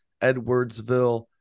Edwardsville